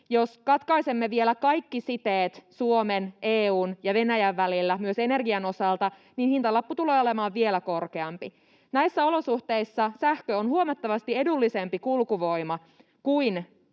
Jos katkaisemme vielä kaikki siteet Suomen, EU:n ja Venäjän välillä myös energian osalta, niin hintalappu tulee olemaan vielä korkeampi. Näissä olosuhteissa sähkö on huomattavasti edullisempi kulkuvoima kuin